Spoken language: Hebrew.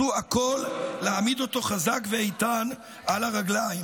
הכול להעמיד אותו חזק ואיתן על הרגליים.